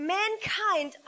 mankind